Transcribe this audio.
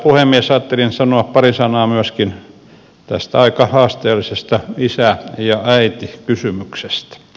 ajattelin sanoa pari sanaa myöskin tästä aika haasteellisesta isä ja äiti kysymyksestä